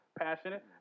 passionate